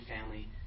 family